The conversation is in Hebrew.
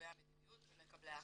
קובעי המדיניות ומקבלי ההחלטות.